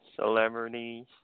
celebrities